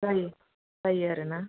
जायो जायो आरो ना